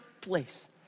place